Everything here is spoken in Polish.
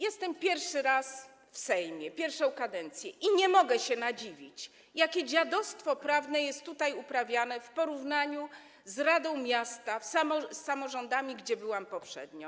Jestem w Sejmie pierwszy raz, to moja pierwsza kadencja, i nie mogę się nadziwić, jakie dziadostwo prawne jest tutaj uprawiane w porównaniu z radą miasta i z samorządami, gdzie byłam poprzednio.